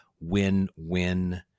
win-win